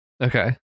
Okay